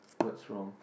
what's wrong